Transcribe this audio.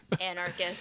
anarchist